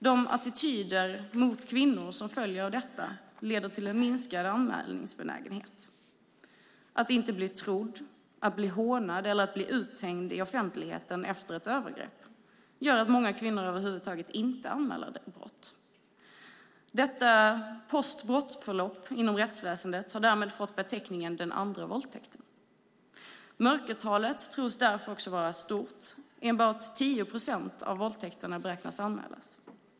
De attityder mot kvinnor som följer av detta leder till en minskad anmälningsbenägenhet. Rädslan för att inte bli trodd, att bli hånad eller att bli uthängd i offentligheten efter ett övergrepp gör att många kvinnor över huvud taget inte anmäler brott. Detta "postbrottsförlopp" inom rättsväsendet har därmed fått beteckningen "den andra våldtäkten". Mörkertalet tros därför vara stort. Enbart 10 procent av våldtäkterna beräknas anmälas.